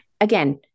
Again